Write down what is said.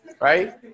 Right